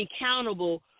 accountable